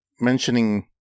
mentioning